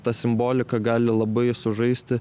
ta simbolika gali labai sužaisti